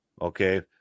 okay